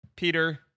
Peter